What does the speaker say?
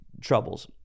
troubles